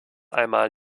einmal